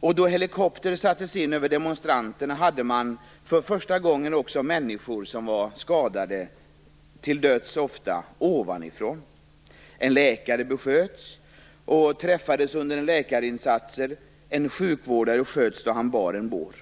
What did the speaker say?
Då helikopter sattes in över demonstranterna hade man för första gången också människor som var skadade, ofta till döds, ovanifrån. En läkare besköts och träffades under sin läkarinsats. En sjukvårdare sköts då han bar en bår.